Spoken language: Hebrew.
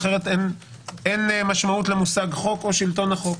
אחרת אין משמעות למושג חוק או שלטון החוק.